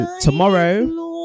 Tomorrow